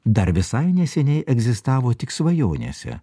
dar visai neseniai egzistavo tik svajonėse